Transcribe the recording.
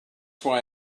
why